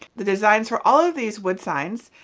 the designs for all of these wood signs,